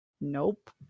nope